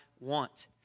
want